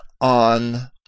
on